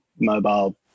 mobile